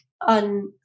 on